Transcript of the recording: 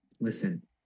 listen